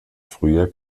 früher